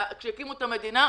כשהקימו את המדינה,